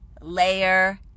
layer